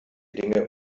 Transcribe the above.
dinge